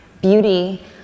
beauty